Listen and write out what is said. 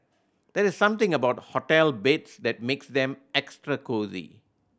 there's something about hotel beds that makes them extra cosy